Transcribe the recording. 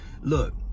Look